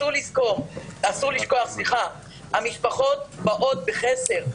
אסור לשכוח, המשפחות באות בחסר.